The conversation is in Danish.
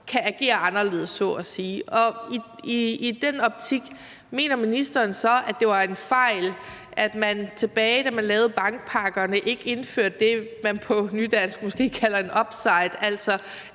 kan agere anderledes. Og mener ministeren set i den optik, at det var en fejl, at man, tilbage da man lavede bankpakkerne, ikke indførte det, man på nydansk måske kalder en upside, altså